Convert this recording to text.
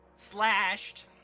slashed